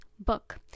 book